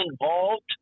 involved